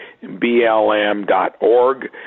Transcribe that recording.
blm.org